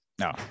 No